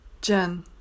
Jen